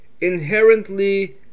inherently